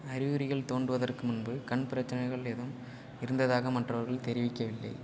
அறிகுறிகள் தோன்றுவதற்கு முன்பு கண் பிரச்சனைகள் ஏதும் இருந்ததாக மற்றவர்கள் தெரிவிக்கவில்லை